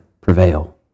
prevail